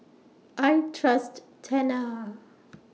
I Trust Tena